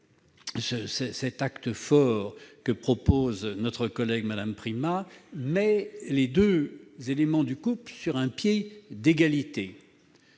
cet acte fort que propose Mme Primas met les deux éléments du couple sur un pied d'égalité.